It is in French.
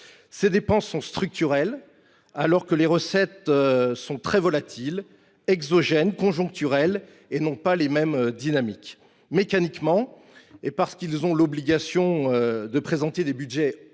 Ces dépenses sont structurelles, alors que les recettes sont très volatiles, exogènes et conjoncturelles et qu’elles ne connaissent pas les mêmes dynamiques. Mécaniquement, parce qu’ils ont l’obligation de présenter des budgets